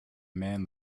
man